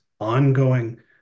ongoing